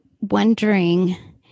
wondering